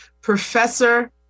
professor